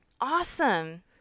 awesome